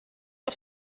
auf